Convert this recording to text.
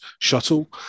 shuttle